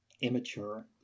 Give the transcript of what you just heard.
immature